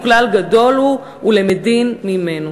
וכלל גדול הוא ולמדין ממנו.